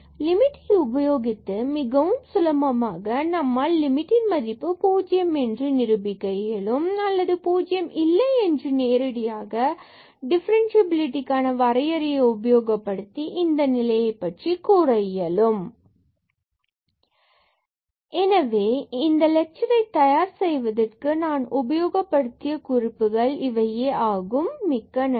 லிமிட்டை உபயோகித்து மிகவும் சுலபமாக நம்மால் லிமிட் இன் மதிப்பு பூஜ்யம் என்று நிரூபிக்க இயலும் அல்லது பூஜ்ஜியம் இல்லை அல்லது நேரடியாக டிஃபரன்சியபிலிடி க்கான வரையறை உபயோகப்படுத்தி இந்த நிலையை பற்றி கூற இயலும் இவையே இந்த லெட்சர்களை தயார் செய்வதற்கு நான் உபயோகப்படுத்திய குறிப்புகளாகும் மிக்க நன்றி